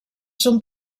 són